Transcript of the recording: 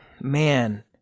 man